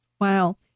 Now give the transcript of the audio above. Wow